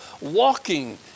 walking